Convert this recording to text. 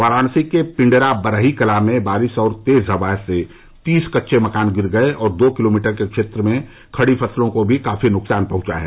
वाराणसी के पिंडरा बरही कला में बारिस और तेज हवा से तीस कच्चे मकान गिर गये और दो किमी के क्षेत्र में खड़ी फसलों को भी काफी नुकसान पहंचा है